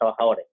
trabajadores